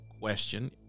question